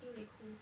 think they cool